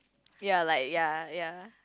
ya like ya ya